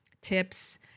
tips